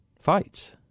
fights